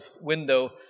window